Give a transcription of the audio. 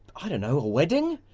i don't know, a wedding.